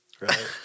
right